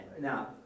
Now